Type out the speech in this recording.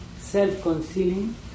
self-concealing